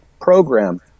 program